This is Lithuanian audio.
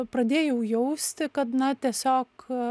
pradėjau jausti kad na tiesiog